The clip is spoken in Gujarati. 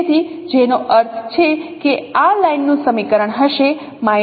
તેથી જેનો અર્થ છે કે આ લાઇનનું સમીકરણ હશે 2